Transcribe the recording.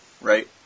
right